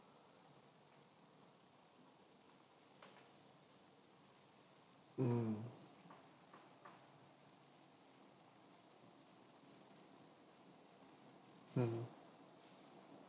mm mmhmm